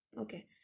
okay